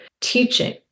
teaching